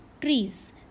Trees